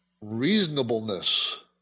reasonableness